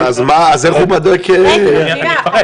אז איך הוא --- שניה,